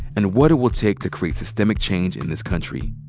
and what it will take to crate systemic change in this country.